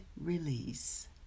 release